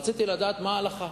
רציתי לדעת מה ההלכה.